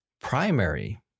primary